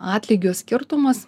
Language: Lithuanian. atlygio skirtumas